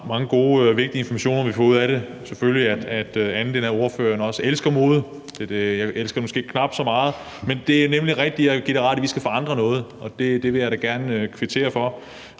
gode og vigtige informationer, som vi får ud af det, selvfølgelig også, at ordføreren elsker mode. Jeg elsker den måske knap så meget, men det er nemlig rigtigt, at vi skal forandre noget. Det vil jeg da gerne kvittere for.